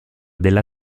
della